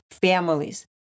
families